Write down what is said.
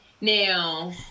Now